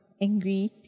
angry